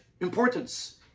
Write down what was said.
importance